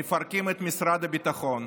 מפרקים את משרד הביטחון,